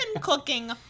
cooking